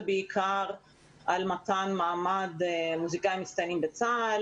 בעיקר על מתן מעמד מוזיקאים מצטיינים בצה"ל.